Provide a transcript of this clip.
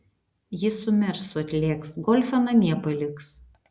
jis su mersu atlėks golfą namie paliks